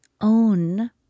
own